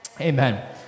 Amen